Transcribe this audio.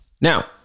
Now